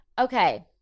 Okay